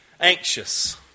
anxious